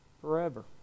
forever